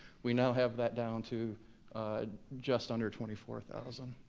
we now have that down to just under twenty four thousand,